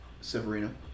Severino